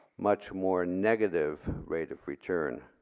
much more negative rate of return.